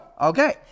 Okay